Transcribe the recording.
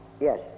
Yes